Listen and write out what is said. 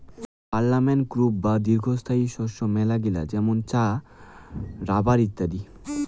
permanent crop বা দীর্ঘস্থায়ী শস্য মেলাগিলা যেমন চা, রাবার ইত্যাদি